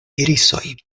irisoj